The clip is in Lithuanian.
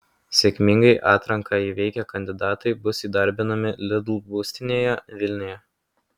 sėkmingai atranką įveikę kandidatai bus įdarbinami lidl būstinėje vilniuje